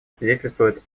свидетельствуют